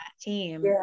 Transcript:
team